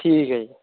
ਠੀਕ ਹੈ ਜੀ